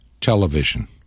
television